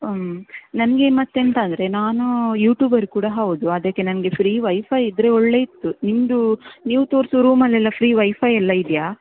ನನಗೆ ಮತ್ತೆಂಥ ಅಂದರೆ ನಾನು ಯೂಟ್ಯೂಬರ್ ಕೂಡ ಹೌದು ಅದಕ್ಕೆ ನನಗೆ ಫ್ರೀ ವೈಫೈ ಇದ್ದರೆ ಒಳ್ಳೆದು ಇತ್ತು ನಿಮ್ಮದು ನೀವು ತೋರಿಸೋ ರೂಮಲ್ಲೆಲ್ಲ ಫ್ರೀ ವೈಫೈ ಎಲ್ಲ ಇದೆಯಾ